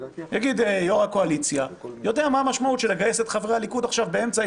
יו"ר הקואליציה יודע מה המשמעות של לגייס עכשיו את חברי הליכוד באמצע,